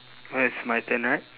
now is my turn right